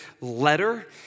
letter